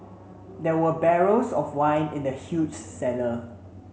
there were barrels of wine in the huge cellar